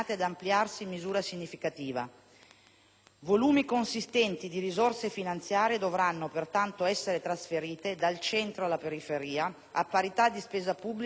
Volumi consistenti di risorse finanziarie dovranno pertanto essere trasferiti dal centro alla periferia a parità di spesa pubblica e pressione fiscale complessiva.